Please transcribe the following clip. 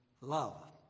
love